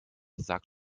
sagt